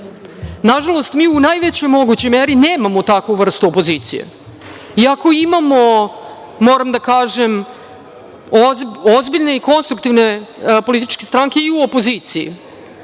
građana. Nažalost, mi u najvećoj mogućoj meri nemamo takvu vrstu opozicije, iako imamo, moram da kažem, ozbiljne i konstruktivne političke stranke i u opoziciji,